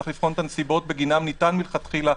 צריך לבחון את הנסיבות בגינן ניתן מלכתחילה,